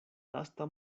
lasta